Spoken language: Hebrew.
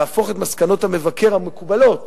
להפוך את מסקנות המבקר המקובלות